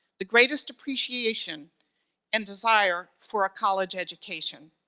the greatest appreciation and desire for a college education.